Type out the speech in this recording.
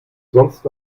sonst